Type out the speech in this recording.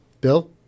Bill